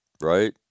right